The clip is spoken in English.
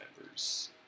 members